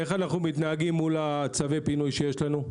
איך אנחנו מתנהגים מול צווי הפינוי שיש לנו?